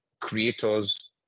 creators